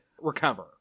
recover